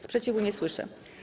Sprzeciwu nie słyszę.